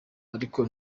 ariko